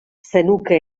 zenuke